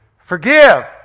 Forgive